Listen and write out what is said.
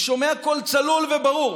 ושומע קול צלול וברור,